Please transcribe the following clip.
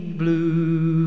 blue